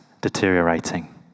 deteriorating